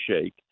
shake